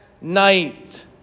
night